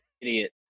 Idiot